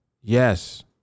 Yes